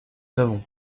savon